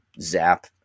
zap